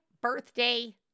birthday